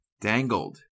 Dangled